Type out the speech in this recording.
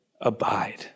abide